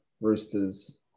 Roosters